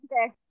Okay